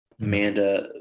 Amanda